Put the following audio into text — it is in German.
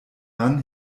mann